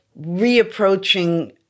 reapproaching